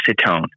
acetone